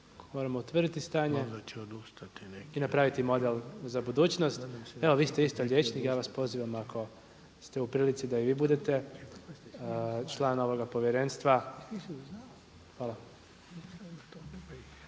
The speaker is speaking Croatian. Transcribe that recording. Moramo utvrditi stanje i napraviti model za budućnost. Evo vi ste isto liječnik. Ja vas pozivam ako ste u prilici da i vi budete član ovoga povjerenstva. Hvala.